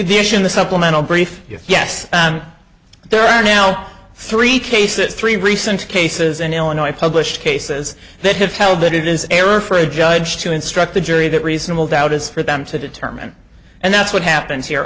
the issue in the supplemental brief yes there are now three cases three recent cases in illinois published cases that have held that it is error for a judge to instruct the jury that reasonable doubt is for them to determine and that's what happens here